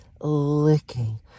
licking